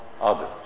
others